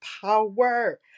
power